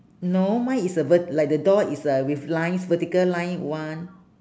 no mine is a vert~ like the door is a with lines vertical line [one]